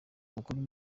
umukuru